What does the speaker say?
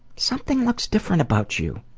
something looks different about you.